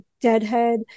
deadhead